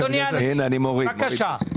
אדוני הנגיד, בבקשה.